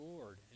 Lord